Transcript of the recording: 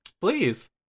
Please